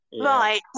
Right